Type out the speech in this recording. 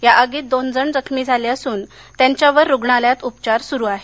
या आगीत दोन जण जखमी झाले असून त्यांच्यावर रुग्णालयात उपचार सुरू आहेत